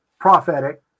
prophetic